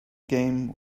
game